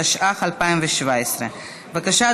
התשע"ח 2017. בבקשה,